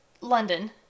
London